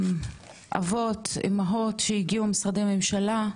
אבות, אימהות שהגיעו, משרדי ממשלה.